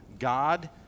God